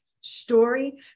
story